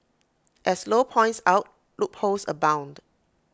as low points out loopholes abound